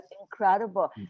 incredible